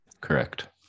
correct